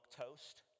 Toast